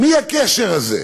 מי בקשר הזה.